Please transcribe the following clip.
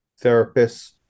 therapists